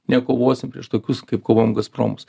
nekovosim prieš tokius kaip kovojom gazpromus